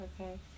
okay